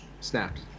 snapped